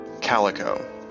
Calico